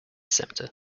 centre